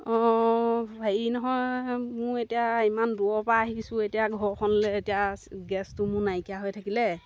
অঁ হেৰি নহয় মোৰ এতিয়া ইমান দূৰৰপৰা আহিছোঁ এতিয়া ঘৰখনলৈ এতিয়া গেছটো মোৰ নাইকিয়া হৈ থাকিলে